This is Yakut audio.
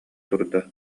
турда